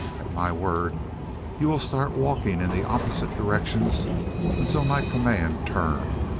at my word you will start walking in the opposite directions until my command turn!